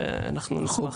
ואנחנו נשמח לשמוע.